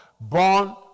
Born